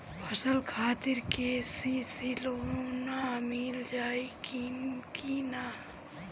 फसल खातिर के.सी.सी लोना मील जाई किना?